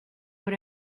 what